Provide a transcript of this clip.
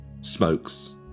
Smokes